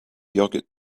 yogurt